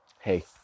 hey